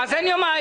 אז אין יומיים.